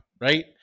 right